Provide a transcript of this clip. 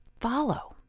follow